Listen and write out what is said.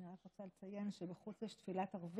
אני מבין שזה בדיוק היחס בכנסת,